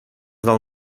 del